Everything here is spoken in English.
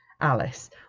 alice